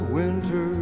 winter